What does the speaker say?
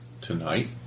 tonight